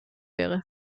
wäre